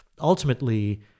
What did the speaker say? ultimately